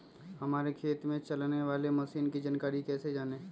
हमारे खेत में चलाने वाली मशीन की जानकारी कैसे जाने?